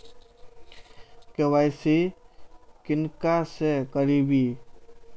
KYC किनका से कराबी?